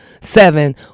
seven